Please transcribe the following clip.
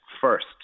first